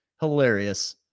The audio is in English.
Hilarious